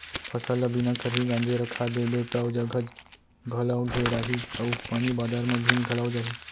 फसल ल बिना खरही गांजे रखा देबे तौ जघा घलौ घेराही अउ पानी बादर म भींज घलौ जाही